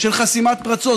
של חסימת פרצות.